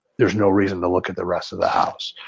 there's no reason to look at the rest of the house.